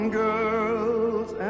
girls